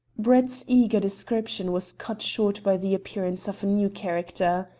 brett's eager description was cut short by the appearance of a new character.